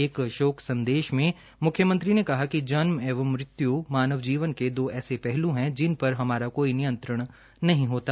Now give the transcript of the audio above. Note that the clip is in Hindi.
एक संदेश में मुख्यमंत्री ने कहा कि जन्म एवं मृत्यु मानव जीवन के दो ऐसे पहलू हैं जिन पर हमारा कोई नियंत्रण नहीं होता